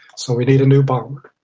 so we need a new bomber.